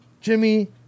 Jimmy